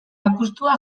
apustua